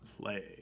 play